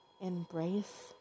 embrace